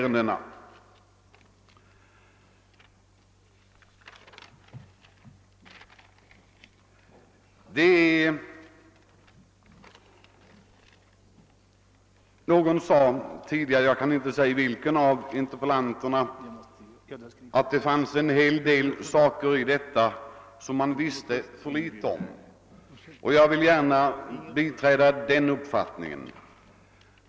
En av interpellanterna sade att man vet för litet om en hel del företeelser på detta område, och jag vill biträda denna uppfattning.